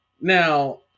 Now